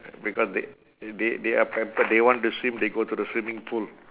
because they they they are pampered they want to swim they go to the swimming pool